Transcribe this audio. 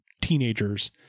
teenagers